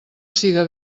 siga